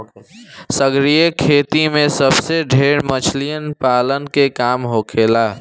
सागरीय खेती में सबसे ढेर मछली पालन के काम होखेला